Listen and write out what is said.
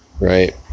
Right